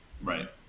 Right